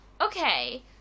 Okay